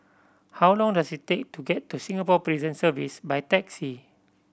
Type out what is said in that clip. how long does it take to get to Singapore Prison Service by taxi